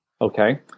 Okay